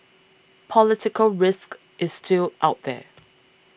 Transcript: political risk is still out there